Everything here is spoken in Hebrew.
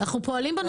אנחנו פועלים בנושא.